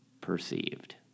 perceived